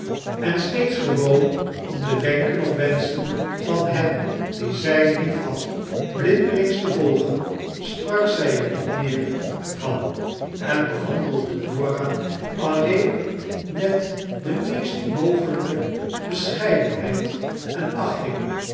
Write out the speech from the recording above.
en steeds gewoon om de wenken of wenschen van hen die zy liefhad blindelings te volgen sprak zij er niet meer van en behandelde norah alleen met de meest mogelyke bescheidenheid en achting